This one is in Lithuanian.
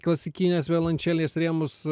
klasikinės violončelės rėmus